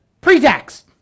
Pre-tax